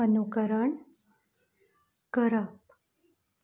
अनुकरण करप